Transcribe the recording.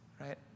right